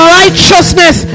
righteousness